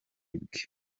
bwe